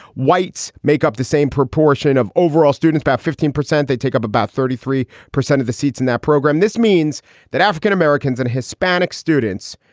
whites make up the same proportion of overall students by fifteen percent. they take up about thirty three percent of the seats in that program. this means that african-americans and hispanic students.